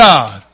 God